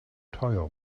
teuer